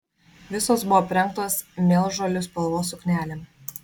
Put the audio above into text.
visos buvo aprengtos mėlžolių spalvos suknelėm